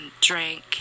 drank